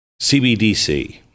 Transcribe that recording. CBDC